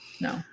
No